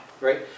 right